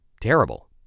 terrible